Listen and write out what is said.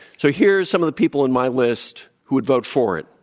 so here's some of the people in my list who would vote for it.